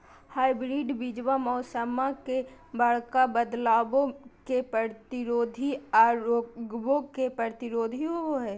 hybrid बीजावा मौसम्मा मे बडका बदलाबो के प्रतिरोधी आ रोगबो प्रतिरोधी होबो हई